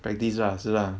practice ah 是 lah